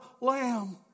Lamb